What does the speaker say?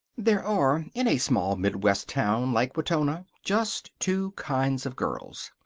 there are, in a small midwest town like wetona, just two kinds of girls.